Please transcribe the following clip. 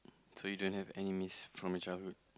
so you don't have any miss from your childhood